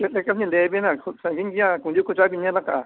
ᱪᱮᱫ ᱞᱮᱠᱟ ᱞᱤᱧ ᱞᱟᱹᱭ ᱟᱹᱵᱤᱱᱟ ᱠᱷᱩᱵ ᱥᱟᱺᱜᱤᱧ ᱜᱮᱭᱟ ᱠᱩᱧᱡᱟᱹ ᱠᱚᱪᱟ ᱵᱤᱱ ᱧᱮᱞ ᱟᱠᱟᱜᱼᱟ